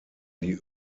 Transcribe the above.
die